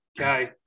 Okay